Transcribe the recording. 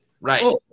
Right